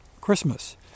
Christmas